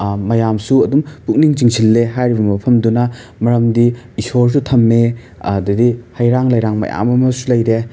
ꯃꯌꯥꯝꯁꯨ ꯑꯗꯨꯝ ꯄꯨꯛꯅꯤꯡ ꯆꯤꯡꯁꯤꯜꯂꯦ ꯍꯥꯏꯔꯤꯕ ꯃꯐꯝꯗꯨꯅ ꯃꯔꯝꯗꯤ ꯏꯁꯣꯔꯁꯨ ꯊꯝꯃꯦ ꯑꯗꯨꯗꯩ ꯍꯩꯔꯥꯡ ꯂꯩꯔꯥꯡ ꯃꯌꯥꯝ ꯑꯃꯁꯨ ꯂꯩꯔꯦ